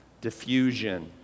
diffusion